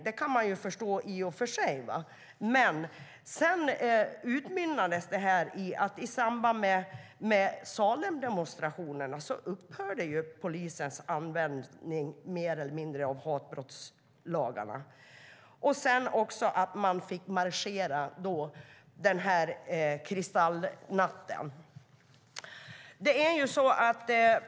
Det kan man i och för sig förstå. Men i samband med Salemdemonstrationerna utmynnade det i att polisens användning hatbrottslagarna mer eller mindre upphörde, och man fick marschera på kristallnatten.